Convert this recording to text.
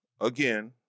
again